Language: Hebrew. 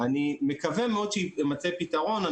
אני מקווה מאוד שיימצא פתרון.